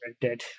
Dead